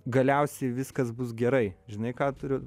galiausiai viskas bus gerai žinai ką turiu